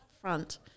front